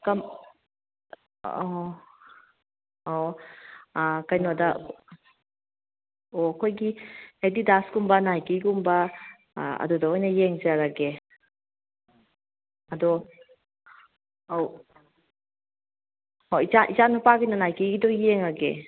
ꯑꯣ ꯑꯣ ꯀꯩꯅꯣꯗ ꯑꯣ ꯑꯩꯈꯣꯏꯒꯤ ꯑꯦꯗꯤꯗꯥꯁꯀꯨꯝꯕ ꯅꯥꯏꯀꯤꯒꯨꯝꯕ ꯑꯗꯨꯗ ꯑꯣꯏꯅ ꯌꯦꯡꯖꯔꯒꯦ ꯑꯗꯣ ꯑꯧ ꯍꯣꯏ ꯏꯆꯥ ꯏꯆꯥꯅꯨꯄꯥꯒꯤꯅ ꯅꯥꯏꯀꯤꯒꯤꯗꯨ ꯌꯦꯡꯉꯒꯦ